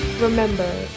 Remember